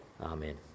Amen